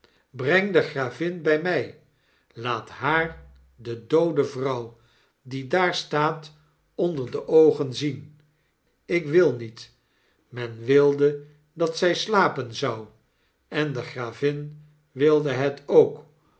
breng de gravin by my laat haar de doode vrouw die daar staat onder de oogen zien ik wil niet men wilde datzijslapenzou en de gravin wilde het ook